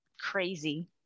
Crazy